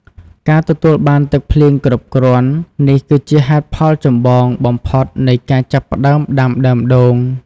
ការទទួលបានទឹកភ្លៀងគ្រប់គ្រាន់នេះគឺជាហេតុផលចម្បងបំផុតនៃការចាប់ផ្ដើមដាំដើមដូង។